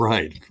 Right